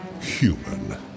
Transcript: human